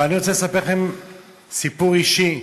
אבל אני רוצה לספר לכם סיפור אישי.